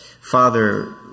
Father